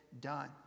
done